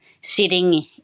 sitting